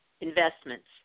investments